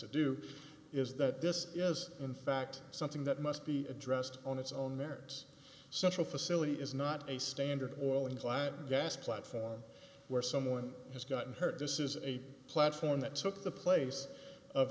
to do is that this is in fact something that must be addressed on its own merits central facility is not a standard oil and client gas platform where someone has gotten hurt this is a platform that took the place of